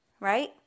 right